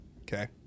okay